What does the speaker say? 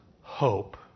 hope